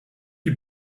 die